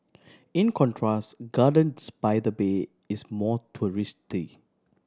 in contrast Gardens by the Bay is more touristy